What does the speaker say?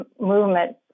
movement